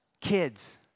Kids